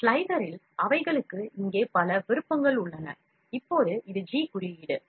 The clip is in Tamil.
slicer ல் அவைகளுக்கு இங்கே பல விருப்பங்கள் உள்ளன இப்போது இது ஜி குறியீடு